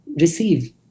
receive